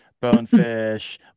Bonefish